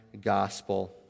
gospel